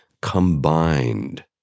combined